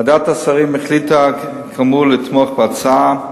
ועדת השרים החליטה כאמור לתמוך בהצעה.